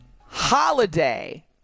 holiday